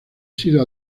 sido